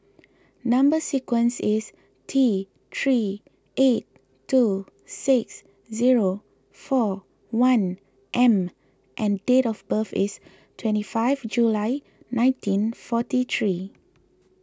Number Sequence is T three eight two six zero four one M and date of birth is twenty five July nineteen forty three